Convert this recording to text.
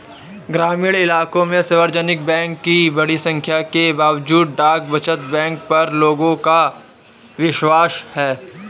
ग्रामीण इलाकों में सार्वजनिक बैंक की बड़ी संख्या के बावजूद डाक बचत बैंक पर लोगों का विश्वास है